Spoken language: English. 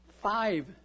five